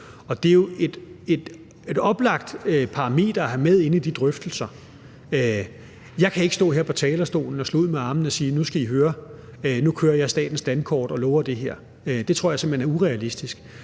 Det er jo et oplagt parameter at have med i de drøftelser. Jeg kan ikke stå her på talerstolen og slå ud med armene og sige: Nu skal I høre, nu kører jeg statens dankort og lover det her. Det tror jeg simpelt hen er urealistisk.